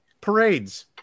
parades